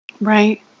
Right